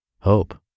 hope